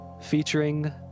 featuring